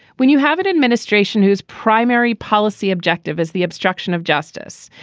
when you have an administration whose primary policy objective is the obstruction of justice.